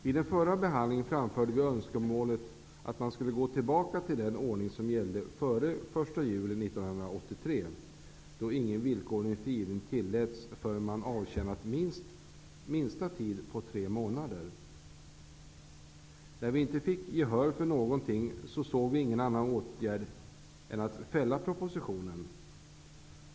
Vid den förra behandlingen av frågan framförde vi önskemålet att man skulle gå tillbaka till den ordning som gällde före den 1 juli 1983, då ingen villkorlig frigivning tilläts förrän man avtjänat en minsta tid på tre månader. När vi inte fick gehör för någonting såg vi ingen annan åtgärd än att fälla propositionen.